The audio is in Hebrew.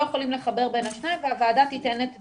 יכולים לחבר בין השניים והוועדה תיתן את דבריה.